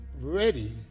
ready